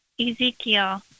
Ezekiel